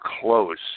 close